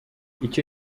icyo